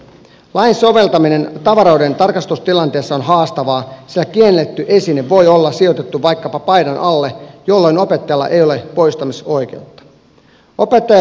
lain soveltaminen tavaroidentarkastustilanteessa on haastavaa sillä kielletty esine voi olla sijoitettu vaikkapa paidan alle jolloin opettajalla ei ole poistamisoikeutta